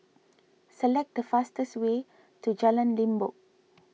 select the fastest way to Jalan Limbok